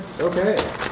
Okay